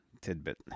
Tidbit